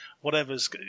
Whatever's